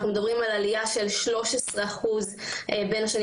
אנחנו מדברים על עלייה של 13% בין השנים